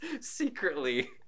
secretly